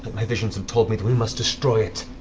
my visions have told me that we must destroy it